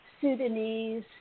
Sudanese